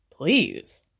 Please